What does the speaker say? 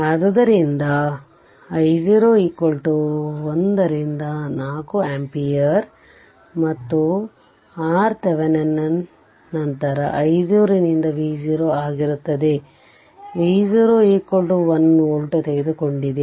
ಆದ್ದರಿಂದ i0 1 ರಿಂದ 4 ampere ಮತ್ತು ಆರ್ತೆವೆನಿನ್ ನಂತರ i0 ನಿಂದ V0 ಆಗಿರುತ್ತದೆ V0 1 ವೋಲ್ಟ್ ತೆಗೆದುಕೊಂಡಿದೆ